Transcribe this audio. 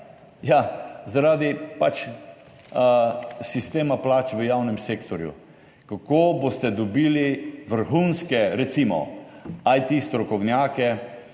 zaradi sistema plač v javnem sektorju. Kako boste dobili vrhunske, recimo, IT strokovnjake